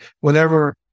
whenever